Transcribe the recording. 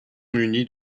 munis